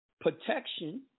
Protection